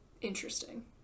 Interesting